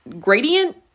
gradient